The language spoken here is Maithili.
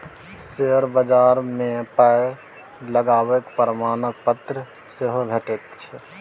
शेयर बजार मे पाय लगेबाक प्रमाणपत्र सेहो भेटैत छै